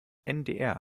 ndr